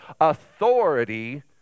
authority